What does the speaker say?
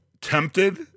tempted